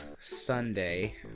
Sunday